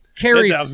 Carries